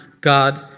God